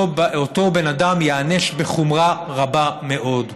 אותו בן אדם ייענש בחומרה רבה מאוד.